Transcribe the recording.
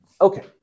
Okay